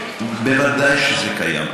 בוודאי שזה קיים.